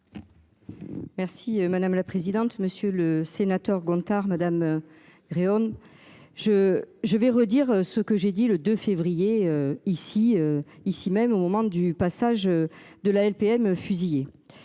Merci madame la présidente, monsieur le sénateur Gontard, madame. Gréaume. Je je vais redire ce que j'ai dit le 2 février. Ici, ici même au moment du passage de la LPM fusillés